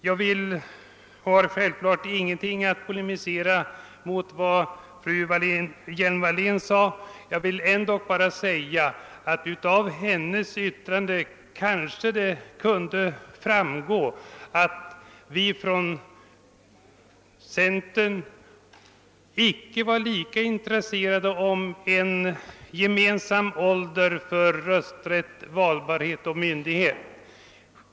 Jag har självklart ingen anledning att polemisera mot vad fru Hjelm-Wallén sade. Jag vill ändå bara säga att av hennes yttrande kanske kunde framgå, att vi från centern icke var lika intresserade av en gemensam ålder för rösträtt, valbarhet och myndighet.